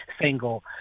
single